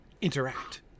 interact